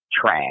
Trash